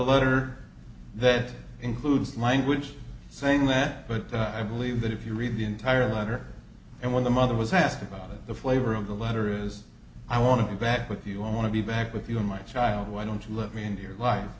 letter that includes language saying that but i believe that if you read the entire letter and when the mother was asked about it the flavor of the letter is i want to be back with you i want to be back with you my child why don't you let me in your life